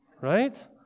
right